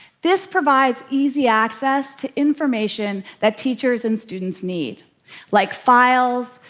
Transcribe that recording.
this provides easy access to information that teachers and students need like files,